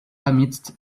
amidst